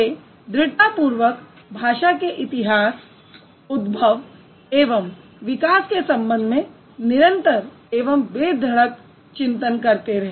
वे दृढ़तापूर्वक भाषा के इतिहास उद्भव एवं विकास के संबंध में निरंतर एवं बे धडक चिंतन करते रहे